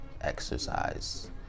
exercise